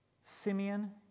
Simeon